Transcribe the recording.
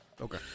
Okay